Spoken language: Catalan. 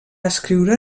escriure